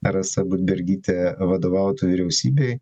rasa budbergytė vadovautų vyriausybei